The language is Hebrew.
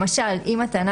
למשל, אם הטענה